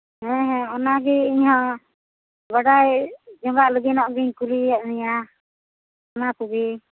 ᱦᱮᱸ ᱦᱮᱸ ᱚᱱᱟᱜᱮ ᱤᱧᱦᱚᱸ ᱵᱟᱰᱟᱭ ᱡᱚᱧᱚᱜ ᱞᱟᱹᱜᱤᱫᱚᱜ ᱜᱤᱧ ᱠᱩᱞᱤᱭᱮᱫ ᱢᱮᱭᱟ ᱚᱱᱟᱠᱚᱜᱮ